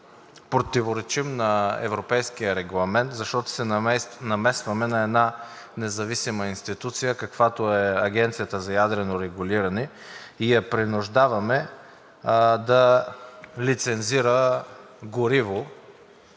противоречим на Европейския регламент, защото се намесваме на една независима институция, каквато е Агенцията за ядрено регулиране, и я принуждаваме да лицензира ядрено